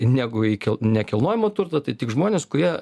negu į kil nekilnojamo turto tai tik žmonės kurie